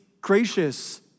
gracious